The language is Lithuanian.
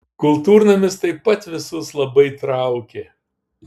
kultūrnamis taip pat visus labai traukė